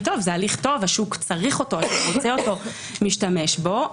שזה הליך טוב שהשוק צריך אותו ורוצה אותו ומשתמש בו,